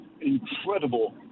incredible